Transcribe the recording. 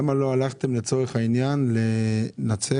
למה לא הלכתם לצורך העניין לנצרת,